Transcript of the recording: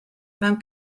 mewn